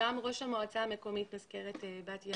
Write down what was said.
גם ראש המועצה המקומית מזכרת בתיה.